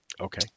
Okay